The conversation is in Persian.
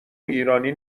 ایرانی